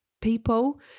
people